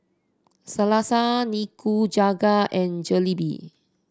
Salsa Nikujaga and Jalebi